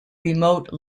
remote